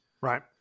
Right